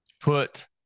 put